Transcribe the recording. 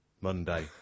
Monday